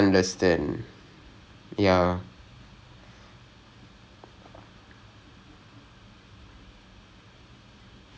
ah right so the right now வந்து:vanthu computer science படிக்கிறப்போ வந்து:padikirapo vanthu is my big problem right now is trying to find that thing that I'm good at